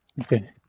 Okay